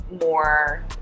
more